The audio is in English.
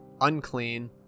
unclean